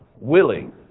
willing